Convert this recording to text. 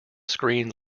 screen